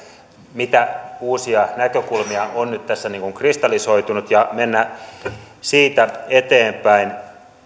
mitä uusia näkökulmia on nyt tässä kristallisoitunut ja mennä siitä eteenpäin